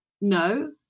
no